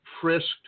frisked